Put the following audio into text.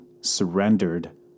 surrendered